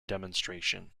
demonstration